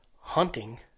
hunting